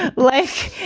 but like